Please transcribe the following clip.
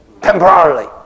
Temporarily